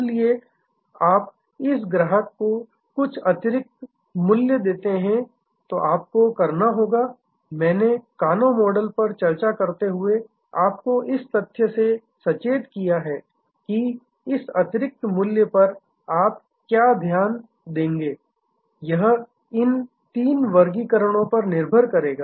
इसलिए जब आप इस ग्राहक को कुछ अतिरिक्त मूल्य देते हैं तो आपको करना होगा मैंने कानो मॉडल पर चर्चा करते हुए आपको इस तथ्य से सचेत किया है कि इस अतिरिक्त मूल्य पर आप क्या ध्यान देंगे यह इन तीन वर्गीकरणों पर निर्भर करेगा